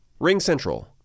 RingCentral